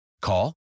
Call